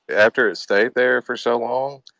after it stayed there for so long,